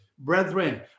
Brethren